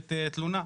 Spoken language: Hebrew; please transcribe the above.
שמוגשת תלונה.